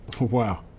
Wow